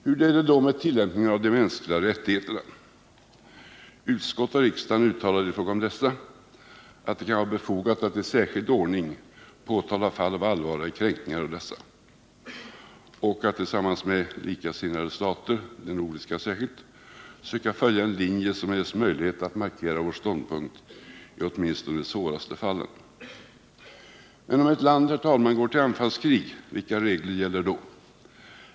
Hur är det då med tillämpningen av de mänskliga rättigheterna? Utskottet och riksdagen uttalade i fråga om dessa att det kan vara befogat att i särskild ordning påtala fall av allvarliga kränkningar av dessa och att Sverige tillsammans med likasinnade stater — särskilt de nordiska — bör söka följa en linje som ger oss möjlighet att markera vår ståndpunkt i åtminstone de svårare fallen. Men om ett land, herr talman, går till anfallskrig, vilka regler gäller då?